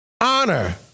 Honor